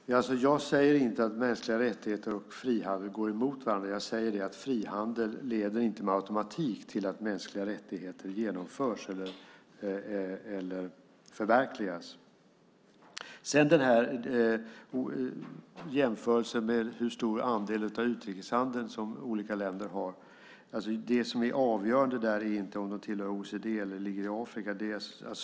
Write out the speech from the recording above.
Fru talman! Jag säger inte att mänskliga rättigheter och frihandel går emot varandra. Jag säger att frihandel inte med automatik leder till att mänskliga rättigheter förverkligas. När det gäller jämförelsen av hur stor andel av utrikeshandeln som olika länder har är inte det avgörande om de tillhör OECD eller ligger i Afrika.